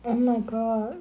oh my god